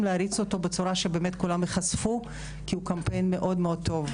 להריץ אותו בצורה שבאמת כולם ייחשפו כי הוא קמפיין מאוד מאוד טוב.